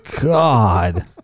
God